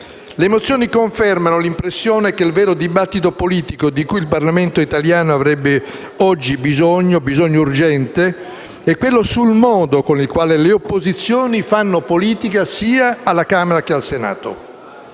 Le mozioni confermano l'impressione che il vero dibattito politico di cui il Parlamento italiano avrebbe oggi bisogno urgente è quello sul modo con il quale le opposizioni fanno politica sia alla Camera, che al Senato.